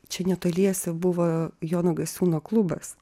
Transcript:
čia netoliese buvo jono gasiūno klubas